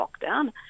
lockdown